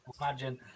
Imagine